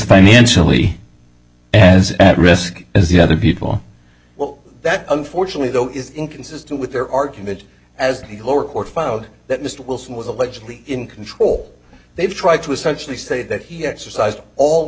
financially as at risk as the other people well that unfortunately though is inconsistent with their argument as the lower court found that mr wilson was allegedly in control they've tried to essentially say that he exercised all